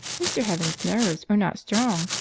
mr. heaven's nerves are not strong,